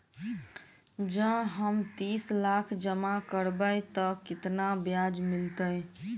जँ हम तीस लाख जमा करबै तऽ केतना ब्याज मिलतै?